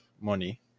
money